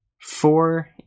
four